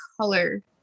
color